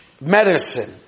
medicine